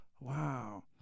Wow